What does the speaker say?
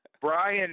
Brian